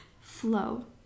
flow